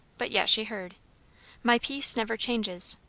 but yet she heard my peace never changes.